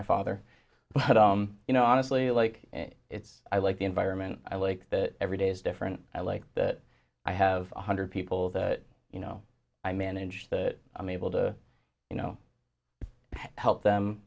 my father but you know honestly like it's i like the environment i like that every day is different i like that i have one hundred people that you know i manage that i'm able to you know help them